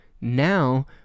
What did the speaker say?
Now